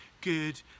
good